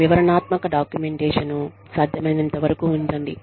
వివరణాత్మక డాక్యుమెంటేషన్ను సాధ్యమైనంతవరకు ఉంచండి